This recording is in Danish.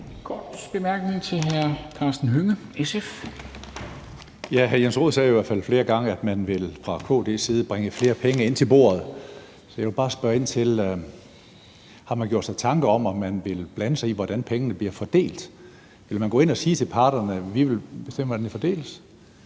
En kort bemærkning til hr. Karsten Hønge, SF. Kl. 19:46 Karsten Hønge (SF): Hr. Jens Rohde sagde i hvert fald flere gange, at man fra KD's side vil bringe flere penge ind til bordet, så jeg vil bare spørge ind til, om man har gjort sig tanker om, om man vil blande sig i, hvordan pengene bliver fordelt. Vil man gå ind og sige til parterne: Vi vil bestemme, hvordan det fordeles,